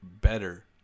better